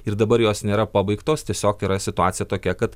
ir dabar jos nėra pabaigtos tiesiog yra situacija tokia kad